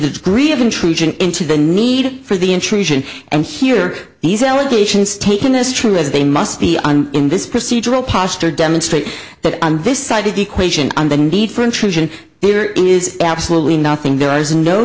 degree of intrusion into the need for the intrusion and here these allegations taken as true as they must be in this procedural posture demonstrate that on this side of the equation on the need for intrusion there is absolutely nothing there is no